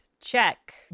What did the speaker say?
Check